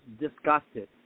disgusted